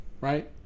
Right